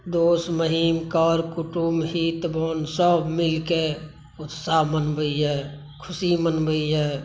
दोस महिम कर कुटुम्ब हितवन सभ मिलके उत्साह मनबै यऽ ख़ुशी मनबै यऽ